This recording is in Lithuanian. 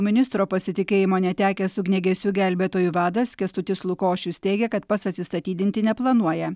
ministro pasitikėjimo netekęs ugniagesių gelbėtojų vadas kęstutis lukošius teigia kad pats atsistatydinti neplanuoja